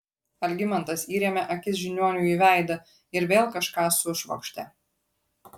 algimantas įrėmė akis žiniuoniui į veidą ir vėl kažką sušvokštė